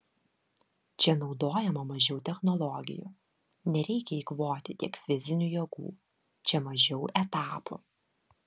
čia naudojama mažiau technologijų nereikia eikvoti tiek fizinių jėgų čia mažiau etapų